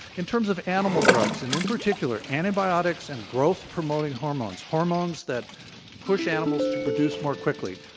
in terms of animal drugs and in particular, antibiotics and growth pro moting hormones, hormones that push animals to produce more quickly,